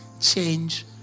change